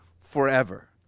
forever